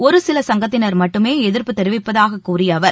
ஒரு சில சங்கத்தினர் மட்டுமே எதிர்ப்பு தெரிவிப்பதாக கூறிய அவர்